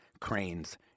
cranes